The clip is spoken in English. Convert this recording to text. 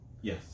Yes